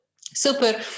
Super